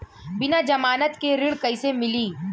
बिना जमानत के ऋण कईसे मिली?